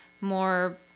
more